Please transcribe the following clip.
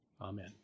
Amen